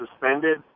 suspended